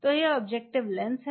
तो यह objective lens है